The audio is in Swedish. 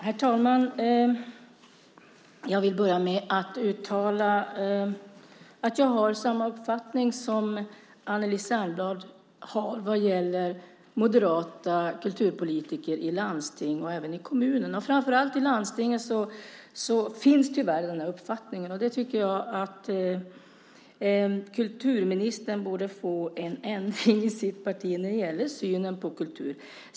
Herr talman! Jag vill börja med att uttala att jag har samma uppfattning som Anneli Särnblad har vad gäller moderata kulturpolitiker i landsting och även i kommuner. Framför allt i landstingen finns tyvärr den här uppfattningen, och jag tycker att kulturministern borde få till stånd en ändring i sitt parti när det gäller synen på kultur.